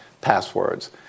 passwords